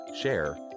share